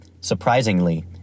Surprisingly